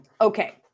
Okay